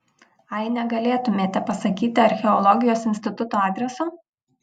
ai negalėtumėte pasakyti archeologijos instituto adreso